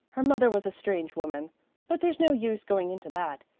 her mother was a strange woman but there's no use going into that.